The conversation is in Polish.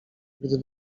gdy